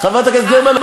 חברת הכנסת גרמן,